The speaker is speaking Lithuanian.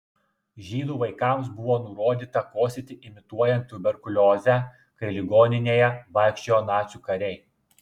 žydų vaikams buvo nurodyta kosėti imituojant tuberkuliozę kai ligoninėje vaikščiojo nacių kariai